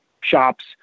shops